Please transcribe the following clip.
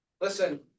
listen